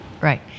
right